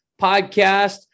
Podcast